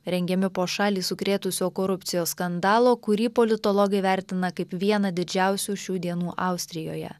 rengiami po šalį sukrėtusio korupcijos skandalo kurį politologai vertina kaip vieną didžiausių šių dienų austrijoje